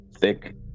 thick